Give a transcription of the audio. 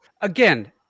Again